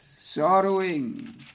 sorrowing